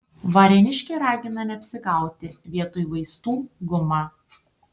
varėniškė ragina neapsigauti vietoj vaistų guma